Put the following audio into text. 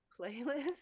playlist